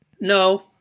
No